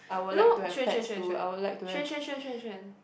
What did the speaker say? you know Shuan Shuan Shuan Shuan Shuan Shuan Shuan Shuan Shuan